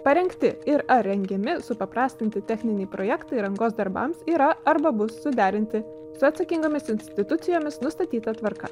parengti ir ar rengiami supaprastinti techniniai projektai rangos darbams yra arba bus suderinti su atsakingomis institucijomis nustatyta tvarka